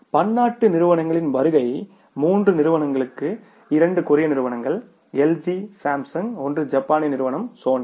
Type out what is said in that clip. ஆனால் பன்னாட்டு நிறுவனங்களின் வருகை மூன்று நிறுவனங்களுக்கு இரண்டு கொரிய நிறுவனங்கள் எல்ஜி சாம்சங் ஒன்று ஜப்பானிய நிறுவனம் சோனி